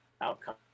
outcome